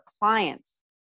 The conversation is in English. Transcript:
clients